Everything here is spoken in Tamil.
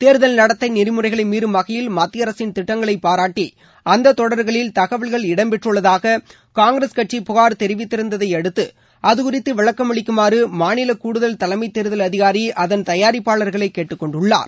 தேர்தல் நடத்தை நெறிமுறைகளை மீறும் வகையில் மத்திய அரசின் திட்டங்களை பாராட்டி அந்த தொடர்களில் தகவல்கள் இடம்பெற்றுள்ளதாக காங்கிரஸ் கட்சி புகார் தெரிவித்திருந்ததையடுத்து அது குறித்து விளக்கம் அளிக்குமாறு மாநில கூடுதல் தலைமை தேர்தல் அதிகாரி அதன் தயாரிப்பாளர்களை கேட்டுக்கொண்டுள்ளார்